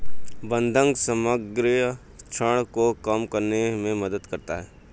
बंधक समग्र ऋण को कम करने में मदद करता है